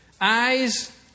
eyes